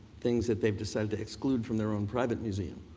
things that they've decided to exclude from their own private museum.